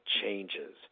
changes